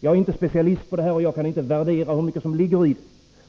Jag är inte specialist på det här och kan inte värdera hur mycket som ligger i dessa synpunkter,